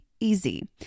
easy